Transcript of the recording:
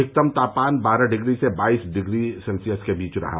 अधिकतम तापमान बारह डिग्री से बाइस डिग्री सेल्शियस रहा